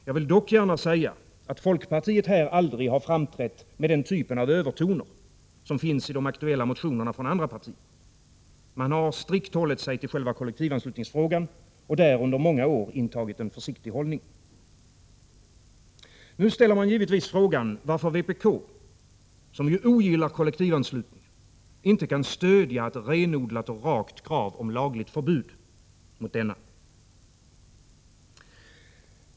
Jag vill dock gärna säga att folkpartiet här aldrig har framträtt med den typen av övertoner som finns i de aktuella motionerna från andra partier — man har strikt hållit sig till själva kollektivanslutningsfrågan och där under många år intagit en försiktig hållning. Nu ställer man givetvis frågan varför vpk — som ju ogillar kollektivanslutningen — inte kan stödja ett renodlat och rakt krav om lagligt förbud mot denna.